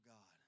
God